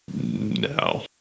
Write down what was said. No